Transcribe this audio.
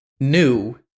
New